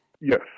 Yes